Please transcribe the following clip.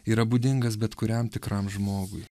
yra būdingas bet kuriam tikram žmogui